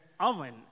oven